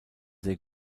sehr